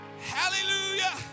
Hallelujah